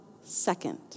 second